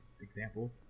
example